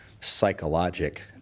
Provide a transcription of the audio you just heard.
psychologic